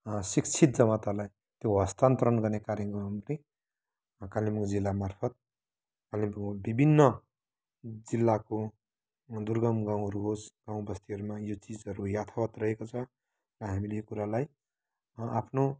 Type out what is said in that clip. शिक्षित जमातहरूलाई त्यो हस्तान्तरण गर्ने कार्य गर्नको निम्ति कालेबुङ जिल्ला मार्फत कालेबुङ विभिन्न जिल्लाको दुर्गम गाउँहरू होस् गाउँ बस्तीहरूमा यो चिजहरू यथावत रहेको छ र हामीले यो कुरालाई आफ्नो